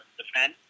defend